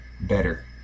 better